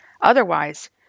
Otherwise